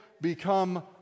become